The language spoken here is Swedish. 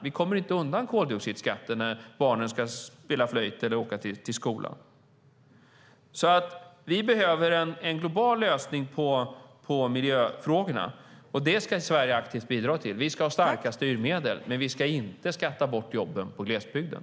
Vi kommer inte undan koldioxidskatten när barnen ska spela flöjt eller åka till skolan. Vi behöver en global lösning för miljöfrågorna. Det ska Sverige aktivt bidra till. Vi ska ha starka styrmedel, men vi ska inte skatta bort jobben i glesbygden.